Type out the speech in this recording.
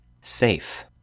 Safe